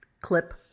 clip